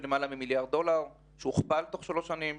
למעלה ממיליארד דולר שהכופל תוך שלוש שנים.